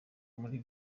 muri